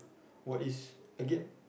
what is again